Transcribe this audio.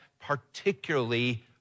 particularly